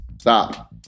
stop